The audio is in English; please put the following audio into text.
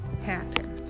happen